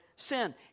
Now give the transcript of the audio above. sin